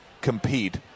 compete